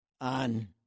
on